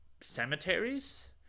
cemeteries